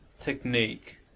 technique